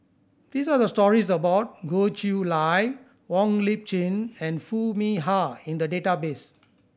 these are the stories about Goh Chiew Lye Wong Lip Chin and Foo Mee Har in the database